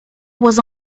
was